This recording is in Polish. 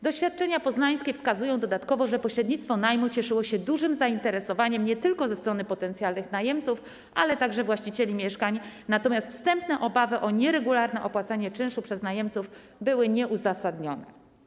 Doświadczenia poznańskie wskazują dodatkowo, że pośrednictwo najmu cieszyło się dużym zainteresowaniem nie tylko ze strony potencjalnych najemców, ale także właścicieli mieszkań, natomiast wstępne obawy o nieregularne opłacanie czynszu przez najemców były nieuzasadnione.